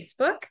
facebook